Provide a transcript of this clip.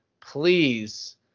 Please